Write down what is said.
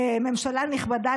ממשלה נכבדה,